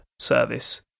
service